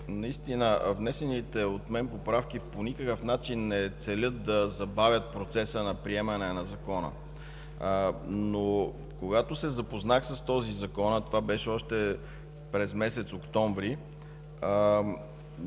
Наистина внесените от мен поправки по никакъв начин не целят да забавят процеса на приемане на Закона. Когато се запознах с този Закон, а това беше още през месец октомври,